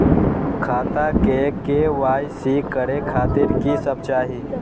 खाता के के.वाई.सी करे खातिर की सब चाही?